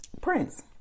Prince